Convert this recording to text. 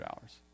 hours